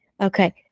okay